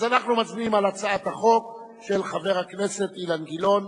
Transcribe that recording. אז אנחנו מצביעים על הצעת החוק של חבר הכנסת אילן גילאון,